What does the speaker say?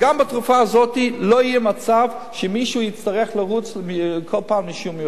גם בתרופה הזאת לא יהיה מצב שמישהו יצטרך לרוץ כל פעם לאישור מיוחד.